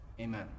Amen